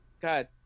God